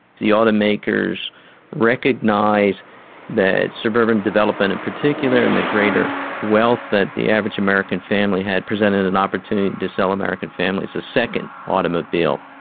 the auto makers recognised that suburban development in particular and the greater wealth that the average american family had, presented an opportunity to sell american families a second automobile.